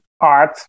art